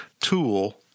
tool